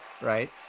right